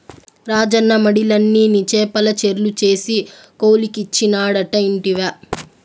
రాజన్న మడిలన్ని నీ చేపల చెర్లు చేసి కౌలుకిచ్చినాడట ఇంటివా